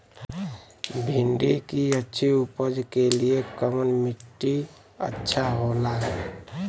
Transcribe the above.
भिंडी की अच्छी उपज के लिए कवन मिट्टी अच्छा होला?